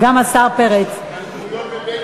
"מעיין החינוך התורני",